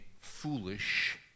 foolish